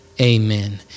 amen